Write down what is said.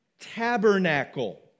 tabernacle